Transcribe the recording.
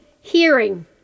hearing